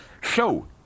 show